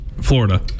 Florida